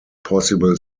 possible